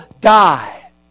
die